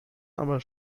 aber